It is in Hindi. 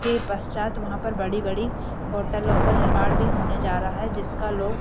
के पश्चात वहाँ पर बड़ी बड़ी होटलों का निर्माण भी होने जा रहा है जिसका लोग